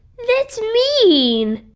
that's mean